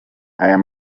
ayo